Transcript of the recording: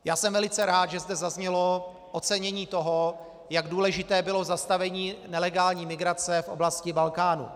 Já jsem velice rád, že zde zaznělo ocenění toho, jak důležité bylo zastavení nelegální migrace v oblasti Balkánu.